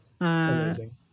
Amazing